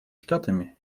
штатами